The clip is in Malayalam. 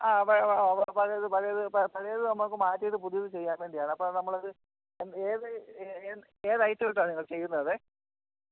ആ അ പഴയത് പഴയത് പഴയത് നമുക്ക് മാറ്റിയത് പുതിയത് ചെയ്യാൻ വേണ്ടിയാണ് അപ്പം നമ്മൾ അത് ഏത് ഏത് ഏത് ഐറ്റം ഇട്ടാണ് നിങ്ങൾ ചെയ്യുന്നത്